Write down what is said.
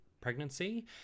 pregnancy